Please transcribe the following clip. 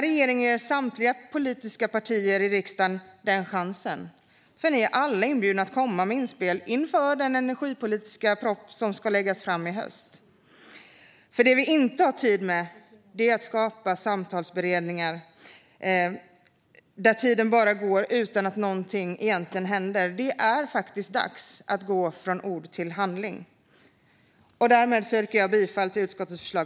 Regeringen ger samtliga politiska partier i riksdagen denna chans, för ni är alla inbjudna att komma med inspel inför den energipolitiska proposition som ska läggas fram i höst. Det vi inte har tid med är att skapa samtalsberedningar där tiden bara går utan att något egentligen händer. Det är faktiskt dags att gå från ord till handling. Jag yrkar bifall till utskottets förslag.